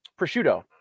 prosciutto